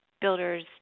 builders